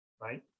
right